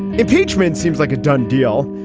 impeachment seems like a done deal.